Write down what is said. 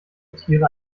tiere